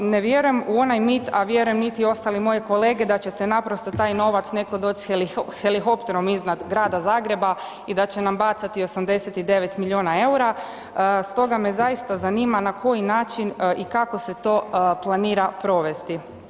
Ne vjerujem u onaj mit, a vjerujem nit ostale moji kolege da će se naprosto taj novac netko doći sa helikopterom iznad Grada Zagreba i da će nam bacati 89 miliona EUR-a, stoga me zaista zanima na koji način i kako se to planira provesti.